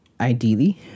ideally